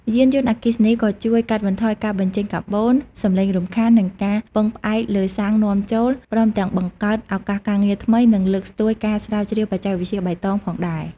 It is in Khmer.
យានយន្តអគ្គីសនីក៏ជួយកាត់បន្ថយការបញ្ចេញកាបូន សំលេងរំខាន និងការពឹងផ្អែកលើសាំងនាំចូល ព្រមទាំងបង្កើតឱកាសការងារថ្មី និងលើកស្ទួយការស្រាវជ្រាវបច្ចេកវិទ្យាបៃតងផងដែរ។